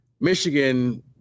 Michigan